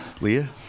Leah